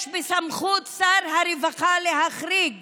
יש בסמכות שר הרווחה להחריג